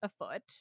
afoot